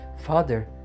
Father